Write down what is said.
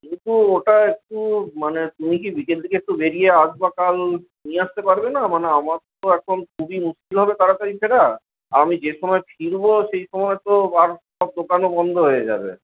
কিন্তু ওটা একটু মানে তুমি কি বিকেল বিকেল একটু বেরিয়ে আজ বা কাল নিয়ে আসতে পারবে না মানে আমার তো এখন খুবই মুশকিল হবে তাড়াতাড়ি ফেরা আমি যে সময় ফিরব সেই সময় তো আর সব দোকানও বন্ধ হয়ে যাবে